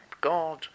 God